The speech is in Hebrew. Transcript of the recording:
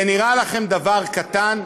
זה נראה לכם דבר קטן,